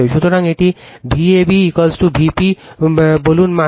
সুতরাং এটি Vab Vp বলুন মাত্রা